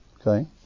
Okay